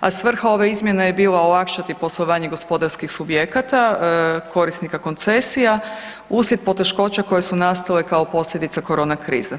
a svrha ove izmjene je bila olakšati poslovanje gospodarskih subjekata korisnika koncesija uslijed poteškoća koje su nastale kao posljedica korona krize.